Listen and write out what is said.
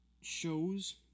shows